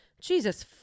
Jesus